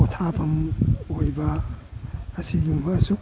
ꯄꯣꯊꯥꯐꯝ ꯑꯣꯏꯕ ꯑꯁꯤꯒꯨꯝꯕꯁꯨ